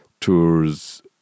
tours